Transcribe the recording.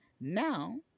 now